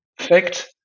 fact